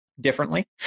differently